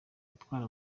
atwara